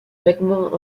vaguement